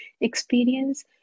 experience